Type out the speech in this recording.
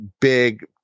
big